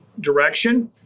direction